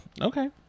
Okay